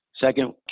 Second